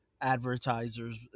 advertisers